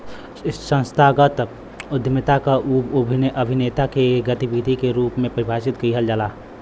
संस्थागत उद्यमिता के उ अभिनेता के गतिविधि के रूप में परिभाषित किहल जाला